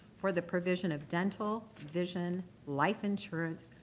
for the provision of dental, vision, life insurance,